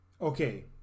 Okay